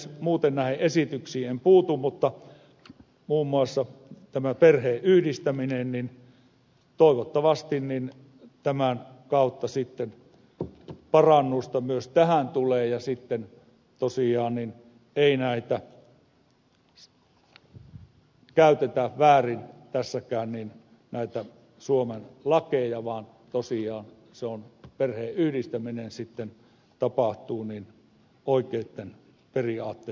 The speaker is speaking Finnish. muuten näihin esityksiin en puutu mutta muun muassa tämä perheenyhdistäminen toivottavasti tämän lain kautta parannusta myös tähän tulee ja toivottavasti sitten tosiaan ei käytetä väärin tässäkään näitä suomen lakeja vaan tosiaan perheenyhdistäminen sitten tapahtuu oikeitten periaatteitten mukaisena